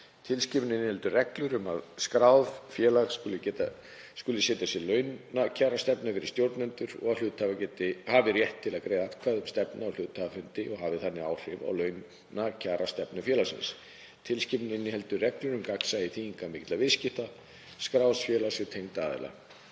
Tilskipunin inniheldur reglur um að skráð félag skuli setja sér launakjarastefnu fyrir stjórnendur og að hluthafar hafi rétt til að greiða atkvæði um stefnuna á hluthafafundi og hafa þannig áhrif á launakjarastefnu félagsins. Tilskipunin inniheldur reglur um gagnsæi þýðingarmikilla viðskipta skráðs félags við tengda aðila.